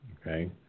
Okay